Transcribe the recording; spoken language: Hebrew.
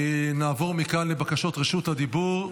נעבור מכאן לבקשות רשות הדיבור.